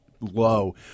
low